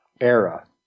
era